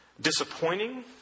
disappointing